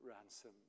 ransom